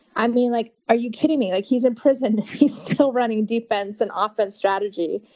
i mean, like are you kidding me? like he's in prison. he's still running defense and offense strategy.